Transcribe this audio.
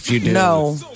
No